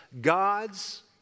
God's